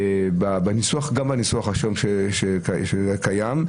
גם בניסוח שהיה קיים,